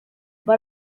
but